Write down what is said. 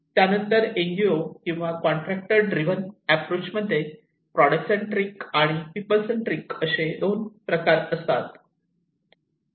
त्यानंतर N G O केव्हा किंवा कॉन्ट्रॅक्टर ड्रिवन एप्रोच मध्ये प्रॉडक्ट सेंट्रींक आणि पीपल सेंट्रींक असे 2 प्रकार असतात